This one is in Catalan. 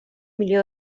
milió